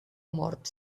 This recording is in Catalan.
mort